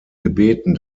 gebeten